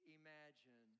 imagine